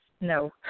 No